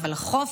ולחו"ף,